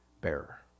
bearer